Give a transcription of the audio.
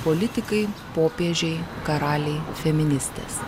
politikai popiežiai karaliai feministės